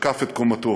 זקף את קומתו.